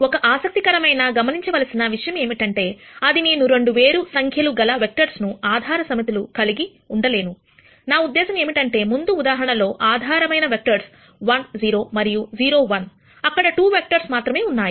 ఒక ఆసక్తికరమైన గమనించవలసిన విషయమేమిటంటే అది నేను 2 వేరు వేరు సంఖ్యలు గల వెక్టర్స్ ను ఆధార సమితులు కలిగి ఉండలేను నా ఉద్దేశం ఏమిటంటే ముందు ఉదాహరణ లో ఆధార వెక్టర్స్ 1 0 మరియు 0 1 అక్కడ 2 వెక్టర్స్ మాత్రమే ఉన్నాయి